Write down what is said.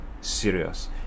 serious